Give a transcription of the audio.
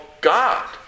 God